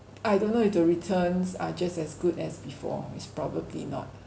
I don't know if the returns are just as good as before is probably not